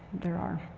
there are.